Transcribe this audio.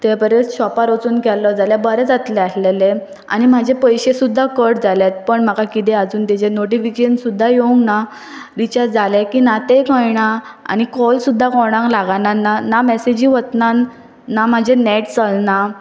ते बरें शॉपार वचून केल्लो जाल्यार बरें जातलें आसलेलें आनी म्हाजे पयशे सुद्दा कट जालेत पण म्हाका किदें आजून तेजे नोटिफिकेशन सुद्दा येवंक ना रिचार्ज जालें की ना तें कळना आनी कॉल सुद्दां कोणाक लागना ना ना मेसेजी वतन ना म्हाजे नॅट चलना